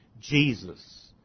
Jesus